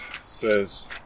says